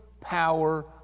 power